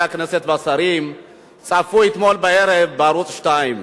הכנסת והשרים צפו אתמול בערב בערוץ-2.